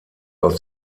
aus